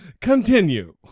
Continue